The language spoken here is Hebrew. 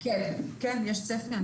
כן, יש צפי.